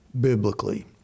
biblically